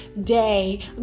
day